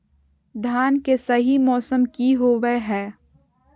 धान के सही मौसम की होवय हैय?